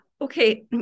Okay